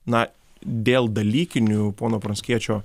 na dėl dalykinių pono pranckiečio